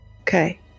Okay